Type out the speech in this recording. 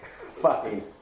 fine